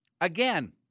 again